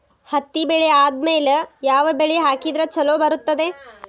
ಹತ್ತಿ ಬೆಳೆ ಆದ್ಮೇಲ ಯಾವ ಬೆಳಿ ಹಾಕಿದ್ರ ಛಲೋ ಬರುತ್ತದೆ?